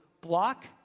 block